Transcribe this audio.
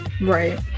right